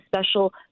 special